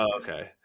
okay